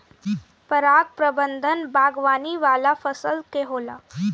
पराग प्रबंधन बागवानी वाला फसल के होला